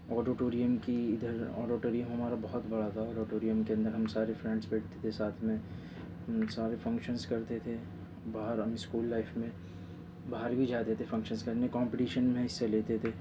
auditorium کی اِدھر auditorium ہمارا بہت بڑا تھا آڈیٹوریم کے اندر ہم سارے فرینڈس بیٹھتے تھے ساتھ میں ساتھ میں فنکشنس کرتے تھے باہر ہم اسکول لائف میں باہر بھی جاتے تھے فنکشنس کرنے کومپٹیشن میں حصہ لیتے تھے